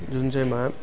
जुन चाहिँमा